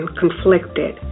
conflicted